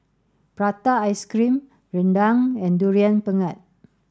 Prata Ice cream Rendang and durian pengat